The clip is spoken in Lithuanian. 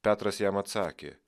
petras jam atsakė